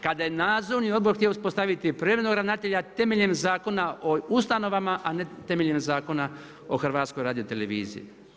Kada je nadzorni odbor htio uspostaviti privremenog ravnatelja, temeljem Zakona o ustanovama, a ne temeljem Zakona o HRT-u.